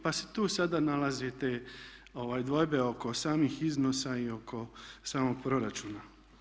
Pa se tu sada nalazi te dvojbe oko samih iznosa i oko samog proračuna.